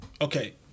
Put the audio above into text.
Okay